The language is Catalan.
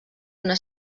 una